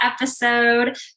episode